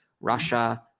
Russia